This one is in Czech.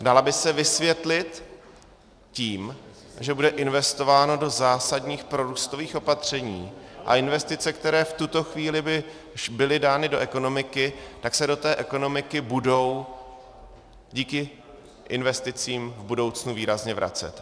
Dala by se vysvětlit tím, že bude investováno do zásadních prorůstových opatření, a investice, které v tuto chvíli by byly dány do ekonomiky, tak se do té ekonomiky budou díky investicím v budoucnu výrazně vracet.